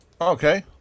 Okay